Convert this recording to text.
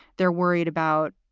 they're worried about,